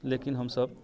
लेकिन हमसब